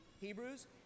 Hebrews